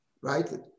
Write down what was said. Right